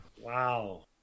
Wow